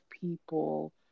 people